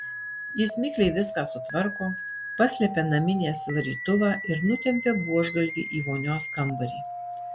jis mikliai viską sutvarko paslepia naminės varytuvą ir nutempia buožgalvį į vonios kambarį